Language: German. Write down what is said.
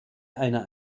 einer